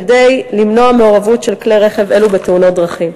כדי למנוע מעורבות של כלי רכב אלו בתאונות דרכים.